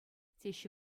теҫҫӗ